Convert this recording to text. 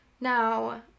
Now